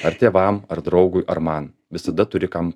ar tėvam ar draugui ar man visada turi kam